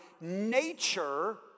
nature